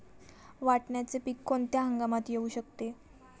वाटाण्याचे पीक कोणत्या हंगामात येऊ शकते?